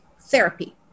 therapy